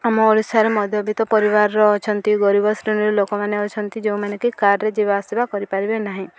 ଆମ ଓଡ଼ିଶାରେ ମଧ୍ୟବିତ୍ତ ପରିବାରର ଅଛନ୍ତି ଗରିବ ଶ୍ରେଣୀର ଲୋକମାନେ ଅଛନ୍ତି ଯେଉଁମାନେ କି କାର୍ରେ ଯିବା ଆସିବା କରିପାରିବେ ନାହିଁ